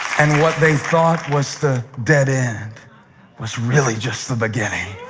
and what they thought was the dead end was really just the beginning.